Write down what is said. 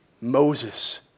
Moses